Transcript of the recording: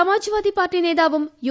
സമാജ് വാദി party നേതാവും U